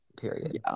period